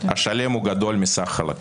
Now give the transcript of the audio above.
השלם גדול מסך חלקיו.